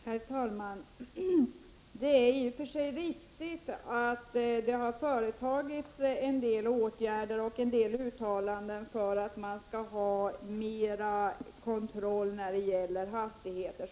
Herr talman! Det är i och för sig riktigt att det har företagits en del åtgärder och gjorts en del uttalanden för att man skall ha mera kontroll av hastigheterna.